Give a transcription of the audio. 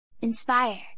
Inspire